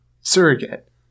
surrogate